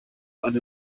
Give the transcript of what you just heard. eine